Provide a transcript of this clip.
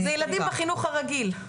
זה ילדים בחינוך הרגיל.